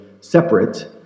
separate